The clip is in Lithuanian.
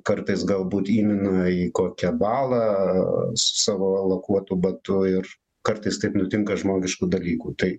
kartais galbūt įmina į kokią balą savo lakuotu batu ir kartais taip nutinka žmogiškų dalykų tai